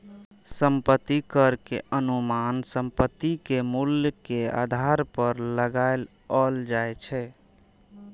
संपत्ति कर के अनुमान संपत्ति के मूल्य के आधार पर लगाओल जाइ छै